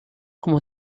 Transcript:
como